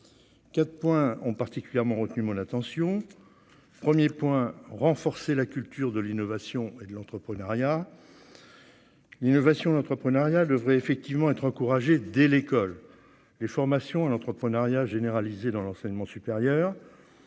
quatre points qui ont particulièrement retenu mon attention. Premièrement, il faut renforcer la culture de l'innovation et de l'entrepreneuriat. L'innovation et l'entrepreneuriat devraient être encouragés dès l'école, les formations à l'entrepreneuriat généralisées dans l'enseignement supérieur.